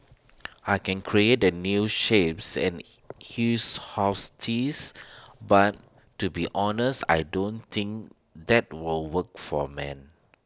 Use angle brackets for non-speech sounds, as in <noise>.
<noise> I can create A new shapes and his house tits but to be honest I don't think that will work for men